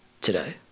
today